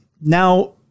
Now